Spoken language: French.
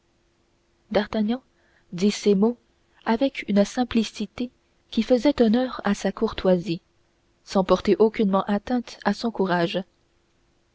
d'artagnan dit ces mots avec une simplicité qui faisait honneur à sa courtoisie sans porter aucunement atteinte à son courage